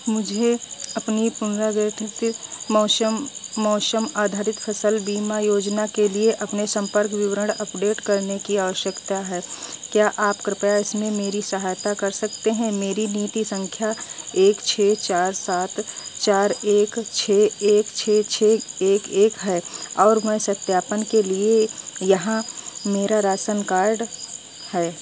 मुझे अपनी पुनर्गठित मौसम मौसम आधारित फसल बीमा योजना के लिए अपने संपर्क विवरण अपडेट करने की आवश्यकता है क्या आप कृपया इसमें मेरी सहायता कर सकते हैं मेरी नीति संख्या एक छः चार सात चार एक छः एक छः छः एक एक है और सत्यापन के लिए यहाँ मेरा राशन कार्ड है